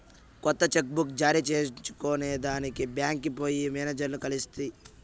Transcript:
కొత్త cheque book జారీ చేయించుకొనేదానికి బాంక్కి పోయి మేనేజర్లని కలిస్తి